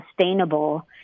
sustainable